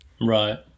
Right